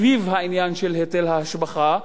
סביב העניין של היטל ההשבחה,